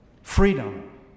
freedom